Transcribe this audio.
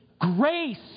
grace